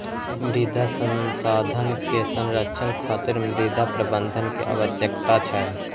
मृदा संसाधन के संरक्षण खातिर मृदा प्रबंधन के आवश्यकता छै